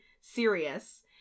serious